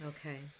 Okay